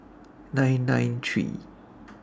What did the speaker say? nine nine three